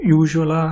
usual